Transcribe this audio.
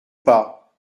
pas